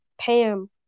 Pam